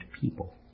people